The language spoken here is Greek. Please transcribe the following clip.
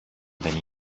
δεν